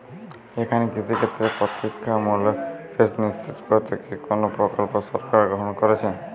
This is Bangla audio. এখানে কৃষিক্ষেত্রে প্রতিরক্ষামূলক সেচ নিশ্চিত করতে কি কোনো প্রকল্প সরকার গ্রহন করেছে?